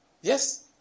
Yes